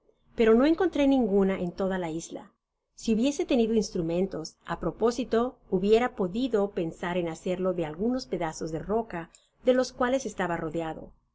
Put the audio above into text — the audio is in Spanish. pero no encontré ninguna ea toda la isla si hubiese tenido instrumentos á propósito hubiera podido pensar en hacerlo de algunos pedazos de roca de los cuales estaba rodeado